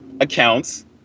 accounts